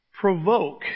provoke